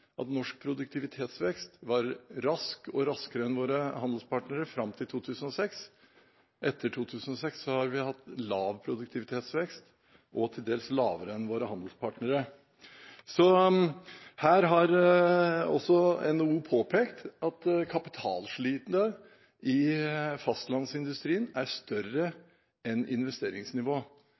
at norsk produktivitetsvekst var rask og raskere enn hos våre handelspartnere fram til 2006. Etter 2006 har vi hatt lav produktivitetsvekst, til dels lavere enn den våre handelspartnere har hatt. Her har også NHO påpekt at kapitalslitet i fastlandsindustrien er større enn